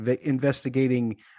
investigating